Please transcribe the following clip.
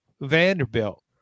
Vanderbilt